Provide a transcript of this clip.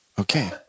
Okay